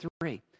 three